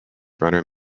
brunner